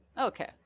Okay